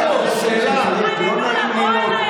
התחננו לבוא לליכוד.